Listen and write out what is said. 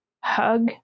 hug